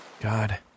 God